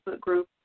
group